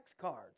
cards